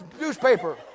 newspaper